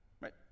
Right